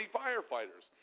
firefighters